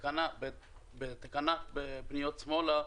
בתקנת פניות שמאלה,